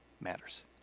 matters